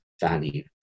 value